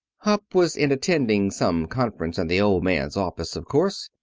hupp was in attending some conference in the old man's office, of course.